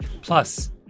plus